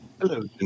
Hello